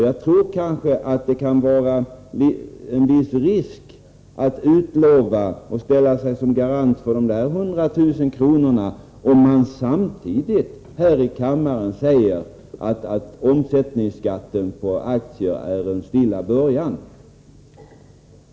Jag tror att det kan vara en viss risk att utlova och ställa sig som garant för de nämnda 100 000 kronorna, om man samtidigt här i kammaren säger att omsättningsskatten på aktier är en stilla början.